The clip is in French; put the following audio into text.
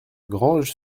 granges